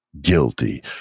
guilty